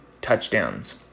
touchdowns